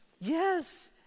yes